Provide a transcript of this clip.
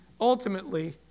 ultimately